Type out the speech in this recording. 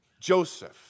Joseph